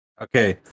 Okay